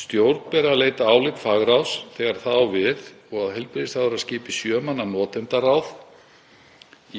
Stjórn beri að leita álits fagráðs þegar það á við og að heilbrigðisráðherra skipi sjö manna notendaráð